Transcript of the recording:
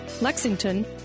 Lexington